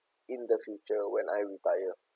in the future when I retire